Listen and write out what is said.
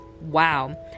wow